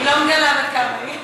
היא לא מגלה בת כמה היא.